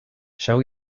shall